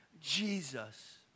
Jesus